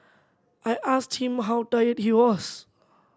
I asked him how tired he was